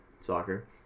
soccer